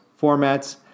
formats